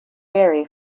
vary